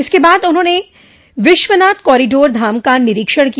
इसके बाद उन्होंने विश्वनाथ कॉरीडोर धाम का निरीक्षण किया